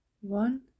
one